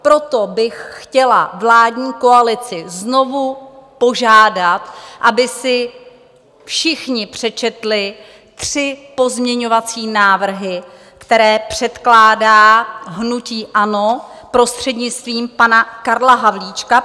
Proto bych chtěla vládní koalici znovu požádat, aby si všichni přečetli tři pozměňovací návrhy, které předkládá hnutí ANO prostřednictvím pana Karla Havlíčka.